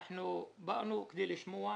נקדם.